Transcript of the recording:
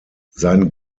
sein